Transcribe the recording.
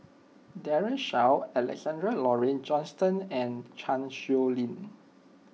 Daren Shiau Alexander Laurie Johnston and Chan Sow Lin